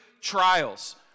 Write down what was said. trials